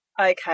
okay